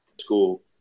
school